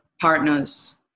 partners